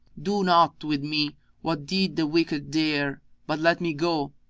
do not with me what deed the wicked dare but let me go,